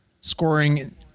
scoring